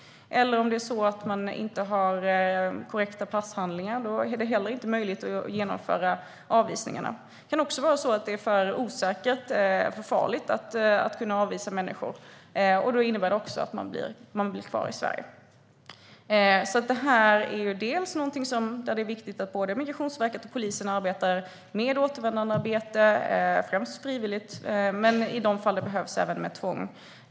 Det kan vara så att de inte har korrekta passhandlingar. Då är det heller inte möjligt att genomföra avvisningarna. Det kan också vara så att det är för osäkert och för farligt att avvisa människor. Det innebär att de blir kvar i Sverige. Det är viktigt att både Migrationsverket och polisen arbetar med återvändandearbete, främst frivilligt men i de fall det behövs även med tvång.